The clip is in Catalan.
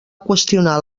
qüestionar